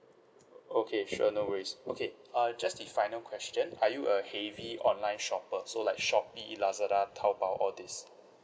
okay sure no worries okay uh just the final question are you a heavy online shopper so like Shopee Lazada Taobao all this